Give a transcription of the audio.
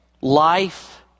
life